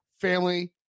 family